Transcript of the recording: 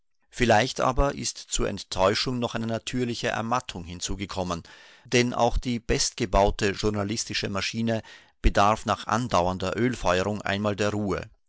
vielleicht aber ist zur enttäuschung noch eine natürliche ermattung hinzugekommen denn auch die bestgebaute journalistische maschine bedarf nach andauernder ölfeuerung einmal der ruhe